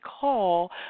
call